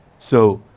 so,